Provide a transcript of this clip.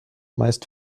meist